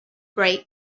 break